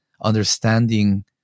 understanding